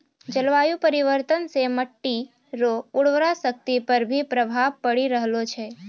जलवायु परिवर्तन से मट्टी रो उर्वरा शक्ति पर भी प्रभाव पड़ी रहलो छै